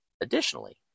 Additionally